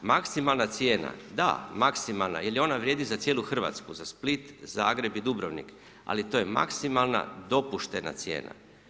Maksimalna cijena, da, maksimalna jer ona vrijedi za cijelu RH, za Split, Zagreb i Dubrovnik, ali to je maksimalna dopuštena cijena.